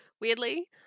weirdly